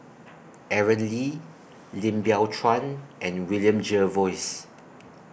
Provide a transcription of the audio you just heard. Aaron Lee Lim Biow Chuan and William Jervois